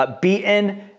beaten